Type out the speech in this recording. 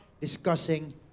discussing